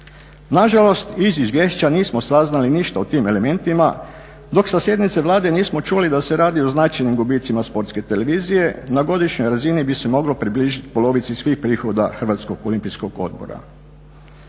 Nažalost iz izvješća nismo saznali ništa o tim elementima, dok sa sjednice Vlade nismo čuli da se radi o značajnim gubicima Sportske televizije. Na godišnjoj razini bi se moglo približiti polovici svih prihoda Hrvatskog olimpijskog odbora.